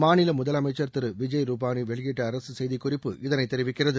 மாநில முதலமைச்சர் திரு விஜய் ரூபானி வெளியிட்ட அரசு செய்திக்குறிப்பு இதனை தெரிவிக்கிறது